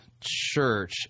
church